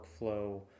workflow